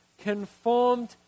Conformed